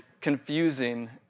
confusing